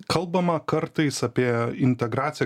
kalbama kartais apie integraciją